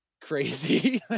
crazy